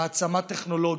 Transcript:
מעצמה טכנולוגית.